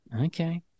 Okay